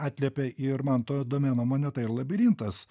atliepia ir manto adomėno moneta ir labirintas